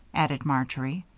added marjory.